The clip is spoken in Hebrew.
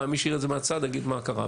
מי שיראה את זה מהצד יגיד, מה קרה?